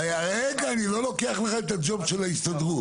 אבל משום מה משרד הפנים מצא לנכון לחסום את אותן אפשרויות ולא ברור